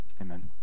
Amen